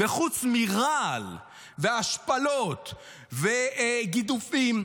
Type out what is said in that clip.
וחוץ מרעל והשפלות וגידופים,